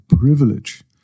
privilege